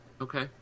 Okay